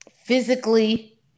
Physically